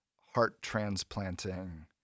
heart-transplanting